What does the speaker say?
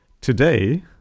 Today